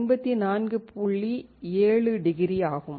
7 degree ஆகும்